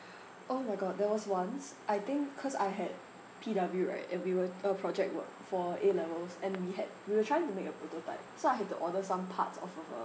oh my god there was once I think cause I had P_W right and we were uh project work for A levels and we had we were trying to make a prototype so I have to order some parts off of a